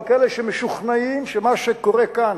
אבל כאלה שמשוכנעים שמה שקורה כאן,